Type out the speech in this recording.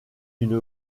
une